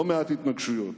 לא מעט התנגשויות,